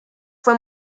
fue